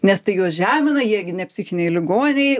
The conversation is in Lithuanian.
nes tai juos žemina jie gi ne psichiniai ligoniai